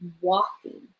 walking